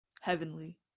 heavenly